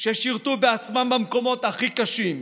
ששירתו בעצמם במקומות הכי קשים,